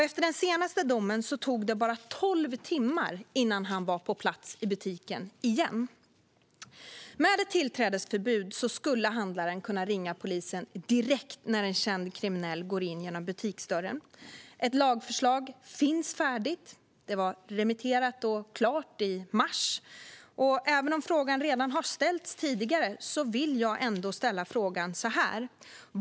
Efter den senaste domen tog det bara tolv timmar innan han var på plats i butiken igen. Med ett tillträdesförbud skulle handlaren kunna ringa polisen direkt när en känd kriminell går in genom butiksdörren. Ett lagförslag finns färdigt. Det var remitterat och klart i mars. Även om frågan redan har ställts tidigare, vill jag ändå ställa frågan igen.